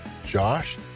Josh